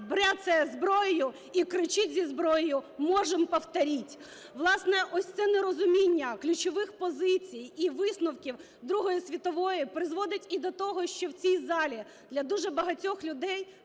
бряцає зброєю і кричить зі зброєю: "можем повторить". Власне, от це нерозуміння ключових позицій і висновків Другої світової призводить і до того, що в цій залі для дуже багатьох людей